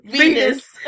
Venus